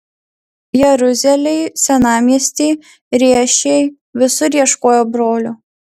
jeruzalėj senamiesty riešėj visur ieškojau brolio